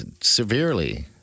severely